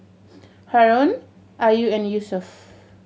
Haron Ayu and Yusuf